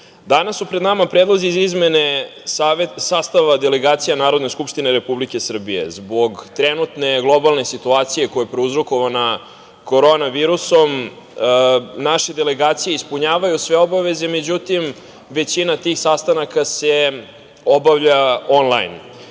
danas su pred nama predlozi iz izmene sastava delegacija Narodne skupštine Republike Srbije. Zbog trenutne globalne situacije koju je prouzrokovana korona virusom, naše delegacije ispunjavaju sve obaveze, međutim, većina tih sastanaka se obavlja on lajn.